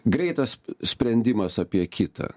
greitas sprendimas apie kitą